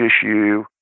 issue